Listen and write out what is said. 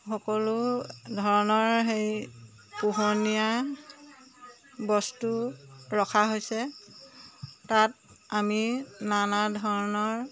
সকলো ধৰণৰ সেই পোহনীয়া বস্তু ৰখা হৈছে তাত আমি নানা ধৰণৰ